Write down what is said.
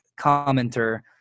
Commenter